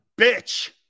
bitch